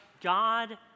God